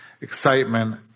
excitement